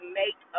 make